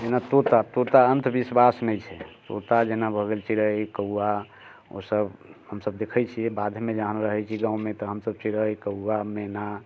जेना तोता तोता अंधविश्वास नहि छै तोता जेना भऽ गेल चिड़ै कौवा ओ सब हमसब देखैत छियै बाधमे जहन रहैत छियै गाँवमे तऽ हमसब चिड़ै कौवा मैना